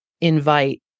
invite